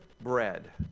bread